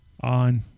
on